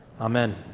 Amen